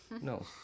no